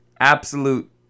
absolute